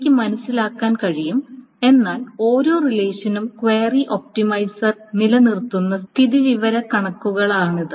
എനിക്ക് മനസ്സിലാക്കാൻ കഴിയും എന്നാൽ ഓരോ റിലേഷനും ക്വയറി ഒപ്റ്റിമൈസർ നിലനിർത്തുന്ന സ്ഥിതിവിവരക്കണക്കുകളാണിത്